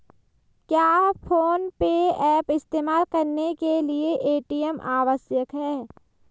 क्या PhonePe app इस्तेमाल करने के लिए ए.टी.एम आवश्यक है?